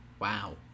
Wow